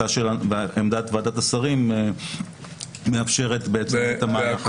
ועמדת ועדת השרים מאפשרת את המהלך הזה.